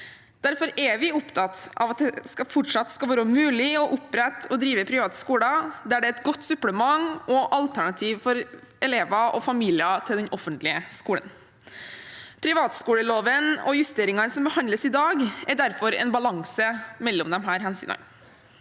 Derfor er vi opptatt av at det fortsatt skal være mulig å opprette og drive private skoler der det er et godt supplement og alternativ til den offentlige skolen for elever og familier. Privatskoleloven og justeringene som behandles i dag, er derfor en balanse mellom disse hensynene.